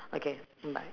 okay mm bye